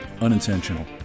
unintentional